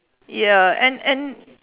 ya and and